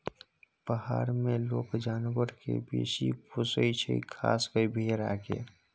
पहार मे लोक जानबर केँ बेसी पोसय छै खास कय भेड़ा केँ